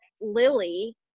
Lily